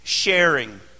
sharing